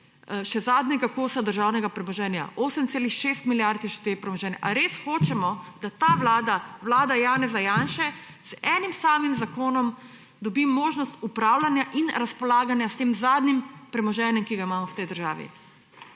še zadnjega kosa državnega premoženja - 8,6 milijard šteje premoženje – ali res hočemo, da ta Vlada, vlada Janeza Janše, z enim samim zakonom, dobi možnost upravljanja in razpolaganja s tem zadnjim premoženjem, ki ga imamo v tej državi?